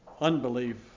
unbelief